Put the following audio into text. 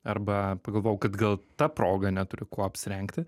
arba pagalvojau kad gal ta proga neturiu kuo apsirengti